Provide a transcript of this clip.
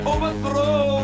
Overthrow